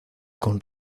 con